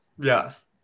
Yes